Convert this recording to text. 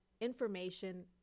information